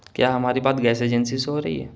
کیا ہماری بات گیس ایجنسی سے ہو رہی ہے